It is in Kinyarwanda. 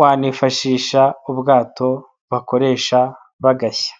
wanifashisha ubwato bakoresha bagashya.